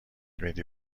میدی